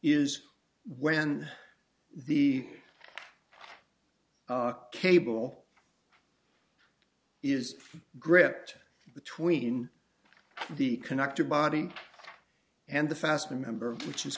is when the cable is gripped between the conductor body and the fast remember which is